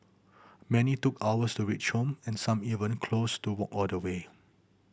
many took hours to reach home and some even close to walk all the way